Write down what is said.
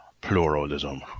pluralism